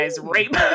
rape